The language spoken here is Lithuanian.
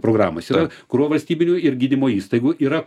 programos yra krūva valstybinių ir gydymo įstaigų yra